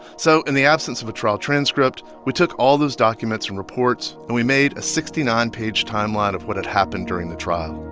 so in the absence of a trial transcript, we took all those documents and reports, and we made a sixty nine page timeline of what had happened during the trial